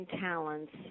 talents